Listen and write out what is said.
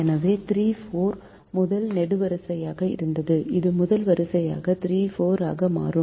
எனவே 34 முதல் நெடுவரிசையாக இருந்தது இது முதல் வரிசையாக 34 ஆக மாறும்